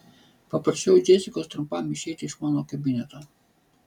paprašiau džesikos trumpam išeiti iš mano kabineto